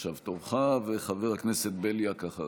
לפחות, עכשיו תורך, וחבר הכנסת בליאק אחריך.